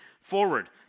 forward